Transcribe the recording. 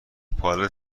پالت